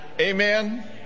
amen